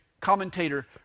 commentator